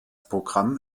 programm